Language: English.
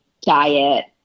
diet